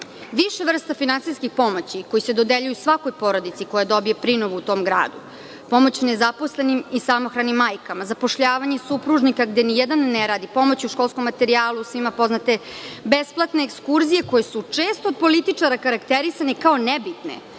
više vrsta finansijske pomoći koje se dodeljuju svakoj porodici koja dobije prinovu u tom gradu, pomoć nezaposlenima i samohranim majkama, zapošljavanje supružnika gde nijedan ne radi, pomoć u školskom materijalu, svima poznate besplatne ekskurzije koje su često od političara okarakterisane kao nebitne,